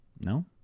No